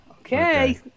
Okay